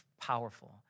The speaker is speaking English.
powerful